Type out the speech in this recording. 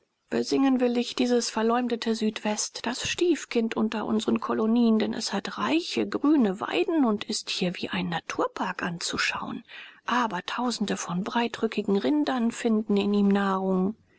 besingen will ich dieses verleumdete südwest das stiefkind unter unsren kolonien denn es hat reiche grüne weiden und ist hier wie ein naturpark anzuschauen abertausende von breitrückigen rindern finden in ihm nahrung